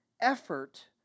effort